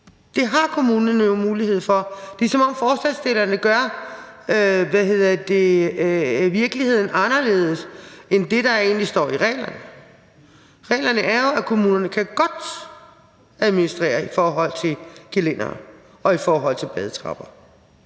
Det har kommunerne jo mulighed for. Det er, som om forslagsstillerne gør virkeligheden til noget andet end det, der står i reglerne. Reglerne er jo, at kommunerne godt kan administrere i forhold til gelændere og badetrapper.